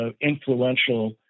influential